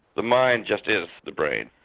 the mind just is the brain.